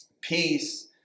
peace